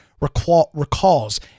recalls